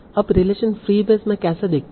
अब relation Freebase में केसे दिखते हैं